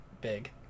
big